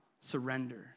surrender